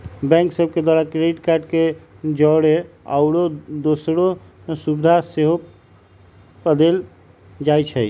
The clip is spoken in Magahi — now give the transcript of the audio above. बैंक सभ के द्वारा क्रेडिट कार्ड के जौरे आउरो दोसरो सुभिधा सेहो पदेल जाइ छइ